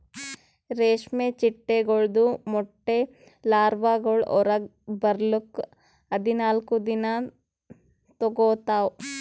ರೇಷ್ಮೆ ಚಿಟ್ಟೆಗೊಳ್ದು ಮೊಟ್ಟೆ ಲಾರ್ವಾಗೊಳ್ ಹೊರಗ್ ಬರ್ಲುಕ್ ಹದಿನಾಲ್ಕು ದಿನ ತೋಗೋತಾವ್